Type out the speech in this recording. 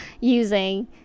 using